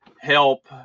help